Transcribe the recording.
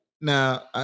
now